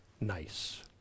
nice